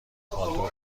پالتو